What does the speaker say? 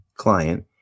client